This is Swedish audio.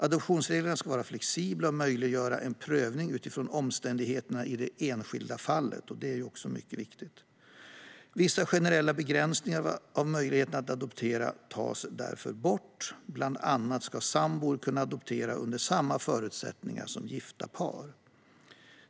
Adoptionsreglerna ska vara flexibla och möjliggöra en prövning utifrån omständigheterna i det enskilda fallet. Detta är mycket viktigt. Vissa generella begränsningar av möjligheten att adoptera tas därför bort. Bland annat ska sambor kunna adoptera under samma förutsättningar som gifta par.